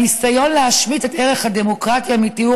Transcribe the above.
הניסיון להשמיט את ערך הדמוקרטיה מתיאור